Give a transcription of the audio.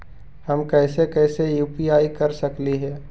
हम कैसे कैसे यु.पी.आई कर सकली हे?